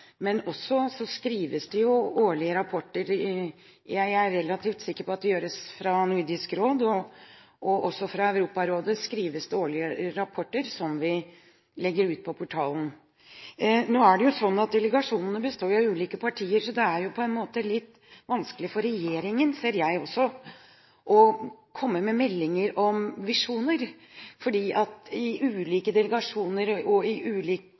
men det skrives også årlige rapporter. Jeg er relativt sikker på at det gjøres i Nordisk råd, og også i Europarådet skrives det årlige rapporter som vi legger ut på portalen. Delegasjonene består av ulike partier, så jeg ser at det er litt vanskelig for regjeringen å komme med meldinger om visjoner, fordi det i ulike delegasjoner og